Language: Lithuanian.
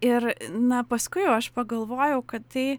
ir na paskui jau aš pagalvojau kad tai